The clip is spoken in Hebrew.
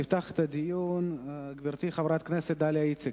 תפתח את הדיון גברתי, חברת הכנסת דליה איציק.